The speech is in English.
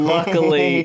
Luckily